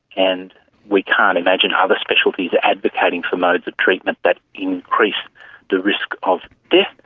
and we can't imagine other specialties advocating for modes of treatment that increase the risk of death,